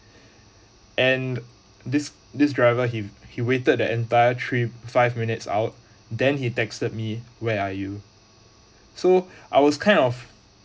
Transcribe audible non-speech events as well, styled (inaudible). and this this driver he he waited the entire three five minutes out then he texted me where are you so (breath) I was kind of